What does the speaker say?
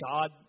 God